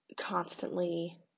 constantly